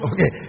Okay